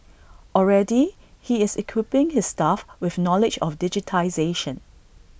already he is equipping his staff with knowledge of digitisation